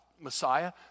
Messiah